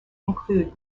include